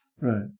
Right